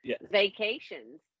vacations